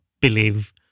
believe